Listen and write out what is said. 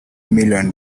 million